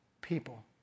people